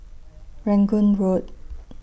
Rangoon Road